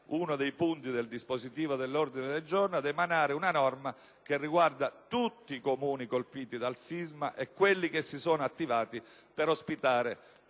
uno dei punti del dispositivo dell'ordine del giorno ‑ ad emanare una norma che riguardi tutti i Comuni colpiti dal sisma e quelli che si sono attivati per ospitare